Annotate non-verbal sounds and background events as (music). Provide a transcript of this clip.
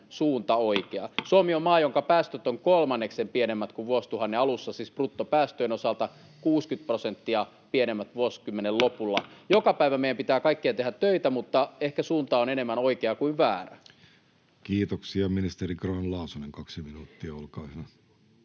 Suomi on maa, jonka päästöt ovat kolmanneksen pienemmät kuin vuosituhannen alussa, siis bruttopäästöjen osalta 60 prosenttia pienemmät vuosikymmenen lopulla. (noise) Joka päivä meidän pitää kaikkien tehdä töitä, mutta ehkä suunta on enemmän oikea kuin väärä. [Speech 162] Speaker: Jussi